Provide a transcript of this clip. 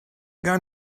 gar